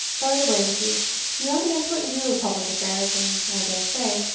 but away with you you have an excellent view of public affairs, and, i dare say,